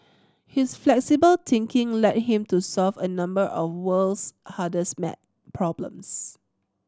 his flexible thinking led him to solve a number of world's hardest maths problems